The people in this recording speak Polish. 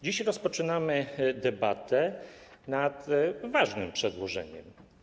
Dziś rozpoczynamy debatę nad ważnym przedłożeniem.